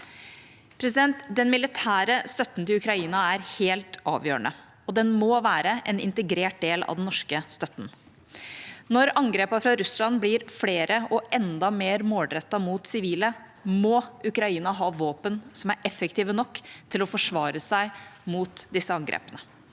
verden. Den militære støtten til Ukraina er helt avgjørende, og den må være en integrert del av den norske støtten. Når angrepene fra Russland blir flere og enda mer målrettet mot sivile, må Ukraina ha våpen som er effektive nok til å forsvare seg mot disse angrepene.